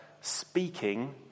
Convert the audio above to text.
speaking